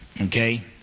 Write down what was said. okay